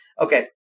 Okay